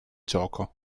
gioco